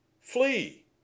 Flee